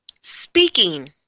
speaking